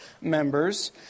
members